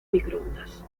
microondas